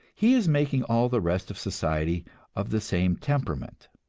he is making all the rest of society of the same temperament.